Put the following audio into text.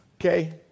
Okay